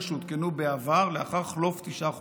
שהותקנו בעבר לאחר חלוף תשעה חודשים.